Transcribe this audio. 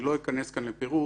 אני לא אכנס כאן לפירוט.